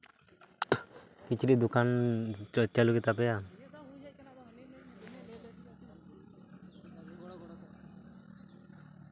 ᱠᱤᱪᱨᱤᱡ ᱫᱚᱠᱟᱱ ᱪᱟᱹᱞᱩ ᱜᱮᱛᱟ ᱯᱮᱭᱟ